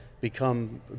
become